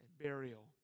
burial